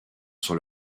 sur